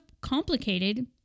complicated